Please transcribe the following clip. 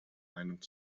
meinung